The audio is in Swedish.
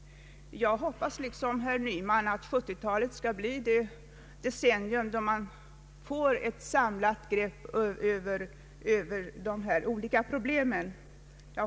Jag hoppas liksom herr Nyman att 1970-talet skall bli det decennium då det tas ett samlat grepp över de olika problemen.